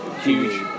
Huge